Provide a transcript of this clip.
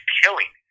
killing